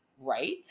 right